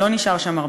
לא נשאר שם הרבה.